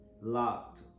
locked